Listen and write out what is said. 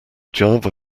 java